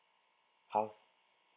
how